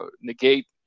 negate